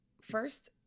First